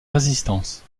résistance